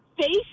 face